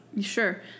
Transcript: Sure